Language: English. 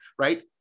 right